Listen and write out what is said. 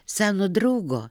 seno draugo